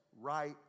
right